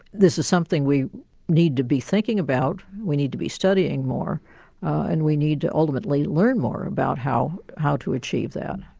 this is something we need to be thinking about, we need to be studying more and we need to ultimately learn more about how how to achieve that.